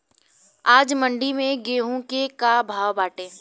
आज मंडी में गेहूँ के का भाव बाटे?